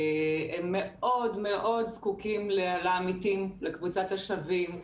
הם מאוד מאוד זקוקים לעמיתים, לקבוצת השווים.